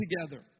together